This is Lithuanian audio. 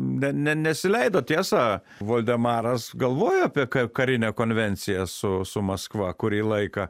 ne ne nesileido tiesa voldemaras galvojo apie ka karinę konvenciją su su maskva kurį laiką